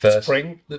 spring